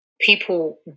people